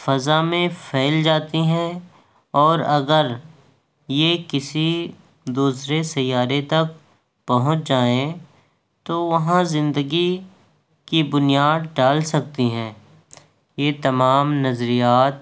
فضا میں پھیل جاتی ہیں اور اگر یہ كسی دوسرے سیّارے تک پہنچ جائیں تو وہاں زندگی کی بنیاد ڈال سکتی ہے یہ تمام نظریات